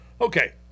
Okay